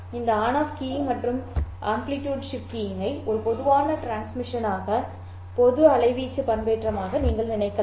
இந்த on off keying மற்றும் அலைவீச்சு ஷிப்ட் கீயிங்கை ஒரு பொதுவான டிரான்ஸ்மிஷனாக பொது அலைவீச்சு பண்பேற்றமாக நீங்கள் நினைக்கலாம்